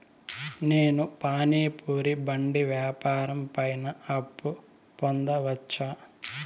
నేను పానీ పూరి బండి వ్యాపారం పైన అప్పు పొందవచ్చా?